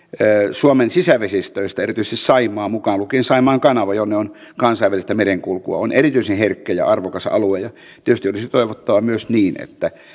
suomen sisävesistöistä erityisesti saimaa mukaan lukien saimaan kanava jonne on kansainvälistä merenkulkua on erityisen herkkä ja arvokas alue tietysti olisi toivottavaa myös että